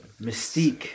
mystique